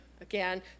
again